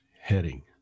heading